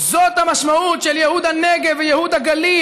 זאת המשמעות של ייהוד הנגב וייהוד הגליל.